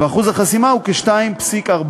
ואחוז החסימה הוא כ-2.4%.